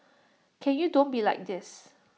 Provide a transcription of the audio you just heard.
can you don't be like this